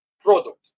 product